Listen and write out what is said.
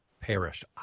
perished